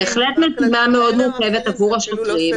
זאת בהחלט משימה מאוד מורכבת עבור השוטרים,